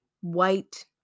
white